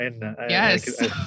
Yes